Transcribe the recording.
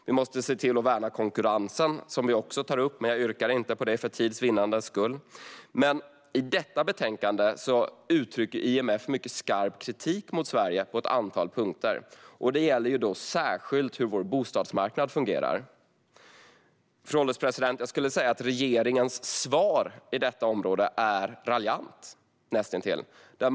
Vi måste värna konkurrensen, vilket vi också tar upp. Jag yrkar för tids vinnande dock inte bifall till detta. I detta betänkande finns en text där IMF uttrycker väldigt skarp kritik mot Sverige på ett antal punkter. Det gäller särskilt hur vår bostadsmarknad fungerar. Fru ålderspresident! Jag skulle vilja säga att regeringens svar på detta är näst intill raljant.